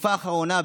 בתקופה האחרונה,